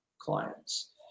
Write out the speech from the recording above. clients